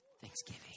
Thanksgiving